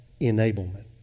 enablement